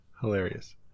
Hilarious